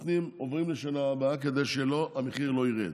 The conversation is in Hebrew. עוברים לשנה הבאה כדי שהמחיר לא ירד.